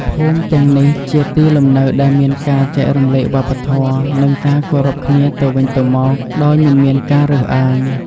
ភូមិទាំងនេះជាទីកន្លែងដែលមានការចែករំលែកវប្បធម៌ និងការគោរពគ្នាទៅវិញទៅមកដោយមិនមានការរើសអើង។